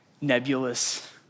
nebulous